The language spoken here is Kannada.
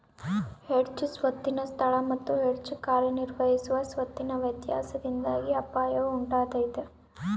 ಹೆಡ್ಜ್ ಸ್ವತ್ತಿನ ಸ್ಥಳ ಮತ್ತು ಹೆಡ್ಜ್ ಕಾರ್ಯನಿರ್ವಹಿಸುವ ಸ್ವತ್ತಿನ ವ್ಯತ್ಯಾಸದಿಂದಾಗಿ ಅಪಾಯವು ಉಂಟಾತೈತ